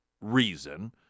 reason